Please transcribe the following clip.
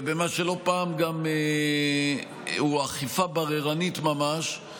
ובמה שלא פעם הוא גם אכיפה בררנית ממש,